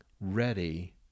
ready